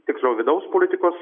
tiksliau vidaus politikos